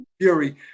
Fury